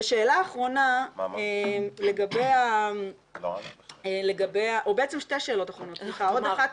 ושאלה אחרונה לגבי או בעצם שתי שאלות אחרונות --- תמר,